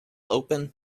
open